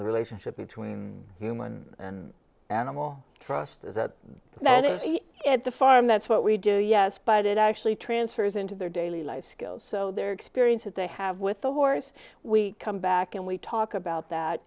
the relationship between human and animal trust is that that is at the farm that's what we do yes but it actually transfers into their daily life skills so their experience that they have with the horse we come back and we talk